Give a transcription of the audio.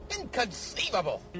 inconceivable